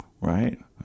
right